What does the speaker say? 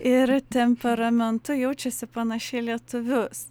ir temperamentu jaučiasi panaši į lietuvius